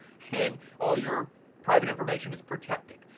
and all your private information is protected.